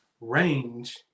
range